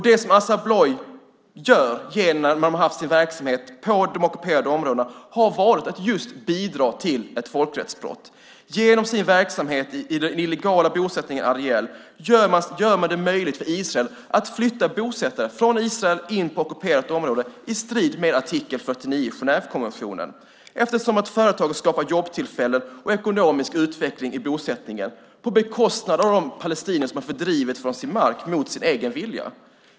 Det Assa Abloy har gjort genom att ha sin verksamhet på de ockuperade områdena har varit att just bidra till ett folkrättsbrott. Genom sin verksamhet i den illegala bosättningen Ariel gör man det möjligt för Israel att flytta bosättare från Israel in på ockuperat område i strid med artikel 49 i Genèvekonventionen, eftersom företaget skapar jobbtillfällen och ekonomisk utveckling i bosättningen på bekostnad av de palestinier som har fördrivits från sin mark mot sin egen vilja.